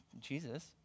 Jesus